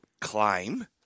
claim